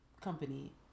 company